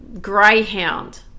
greyhound